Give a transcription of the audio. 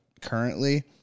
currently